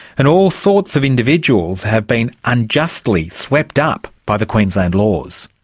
and all sorts of individuals have been unjustly swept up by the queensland laws.